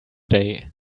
day